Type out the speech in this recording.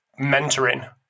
mentoring